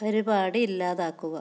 പരിപാടി ഇല്ലാതാക്കുക